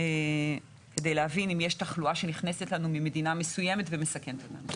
כדי להבין אם יש תחלואה שנכנסת אלינו ממדינה מסוימת ומסכנת אותנו.